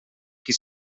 qui